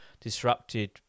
disrupted